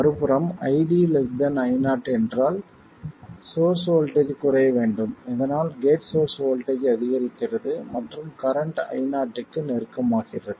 மறுபுறம் ID Io என்றால் source voltage குறைய வேண்டும் இதனால் கேட் சோர்ஸ் வோல்ட்டேஜ் அதிகரிக்கிறது மற்றும் கரண்ட் Io க்கு நெருக்கமாகிறது